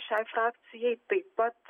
šiai frakcijai taip pat